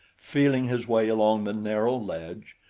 feeling his way along the narrow ledge,